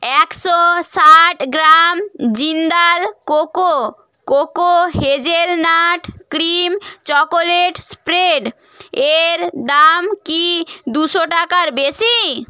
একশো ষাট gram Jindal cocoa cocoa hazelnut cream chocolate spread এর দাম কি দুশো টাকার বেশি